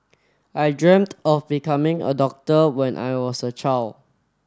I dreamt of becoming a doctor when I was a child